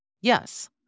Yes